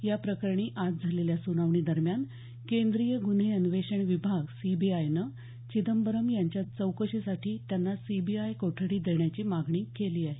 या प्रकरणी आज झालेल्या सुनावणी दरम्यान केंद्रीय गुन्हे अन्वेषण विभाग सीबीआयनं चिदंबरम यांच्या चौकशीसाठी त्यांना सीबीआय कोठडी देण्याची मागणी केली आहे